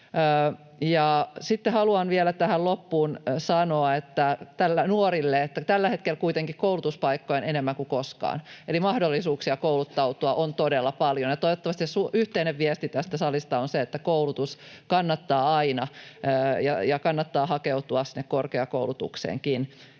Sitten haluan vielä tähän loppuun sanoa nuorille, että tällä hetkellä kuitenkin koulutuspaikkoja on enemmän kuin koskaan eli mahdollisuuksia kouluttautua on todella paljon. Toivottavasti yhteinen viesti tästä salista on se, että koulutus kannattaa aina ja kannattaa hakeutua sinne korkeakoulutukseenkin.